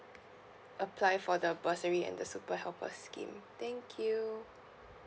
apply for the bursary and the super helper scheme thank you